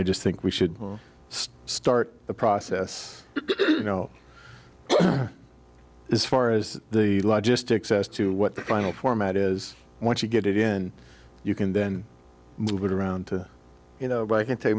i just think we should start the process you know as far as the law just excess to what the final format is once you get it in you can then move it around to you know i can tell you